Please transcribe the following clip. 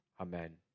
Amen